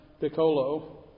Piccolo